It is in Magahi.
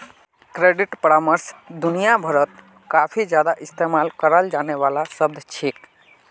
क्रेडिट परामर्श दुनिया भरत काफी ज्यादा इस्तेमाल कराल जाने वाला शब्द छिके